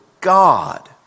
God